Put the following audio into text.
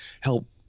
help